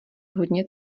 hodně